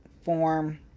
form